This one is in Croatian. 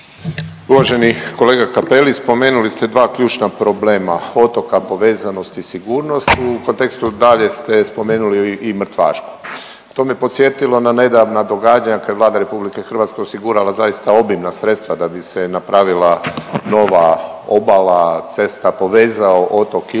Uvaženi kolega Cappelli spomenuli ste dva ključna otoka, povezanost i sigurnost. U kontekstu dalje ste spomenuli Mrtvašku. To me podsjetilo na nedavna događanja kad je Vlada RH osigurala zaista obimna sredstva da bi se napravila nova obala, cesta, povezao otok Ilovik